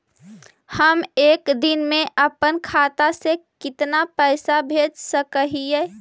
हम एक दिन में अपन खाता से कितना पैसा भेज सक हिय?